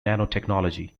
nanotechnology